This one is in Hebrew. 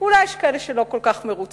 אולי יש כאלה שלא כל כך מרוצים,